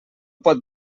pot